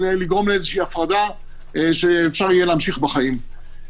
לגרום לאיזושהי הפרדה כדי שאפשר יהיה להמשיך בחיים.